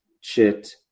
Chit